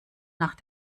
nach